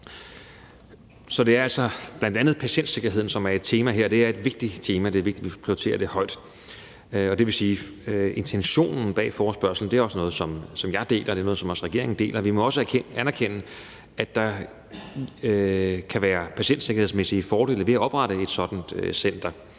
Så det er altså bl.a. patientsikkerheden, som er et tema her. Det er et vigtigt tema, og det er vigtigt, at vi prioriterer det højt. Det vil sige, at intentionen bag forespørgslen også er noget, som jeg og også regeringen deler. Vi må også anerkende, at der kan være patientsikkerhedsmæssige fordele ved at oprette et sådant center.